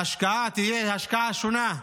ההשקעה תהיה השקעה שונה,